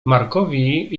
markowi